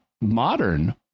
Modern